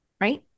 right